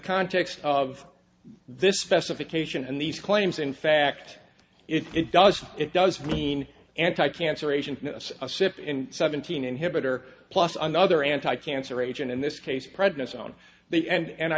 context of this specification and these claims in fact it does it does mean anti cancer agent osip in seventeen inhibitor plus another anti cancer agent in this case prednisone on the end and i